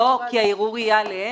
לא, כי הערעור יהיה עליהם.